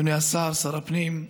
אדוני השר, שר הפנים,